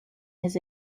his